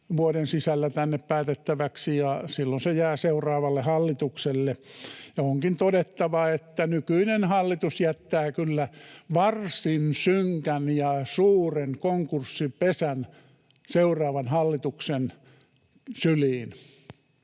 vuoden sisällä tänne päätettäväksi, ja silloin se jää seuraavalle hallitukselle. Onkin todettava, että nykyinen hallitus jättää kyllä varsin synkän ja suuren konkurssipesän seuraavan hallituksen syliin.